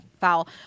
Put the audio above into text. foul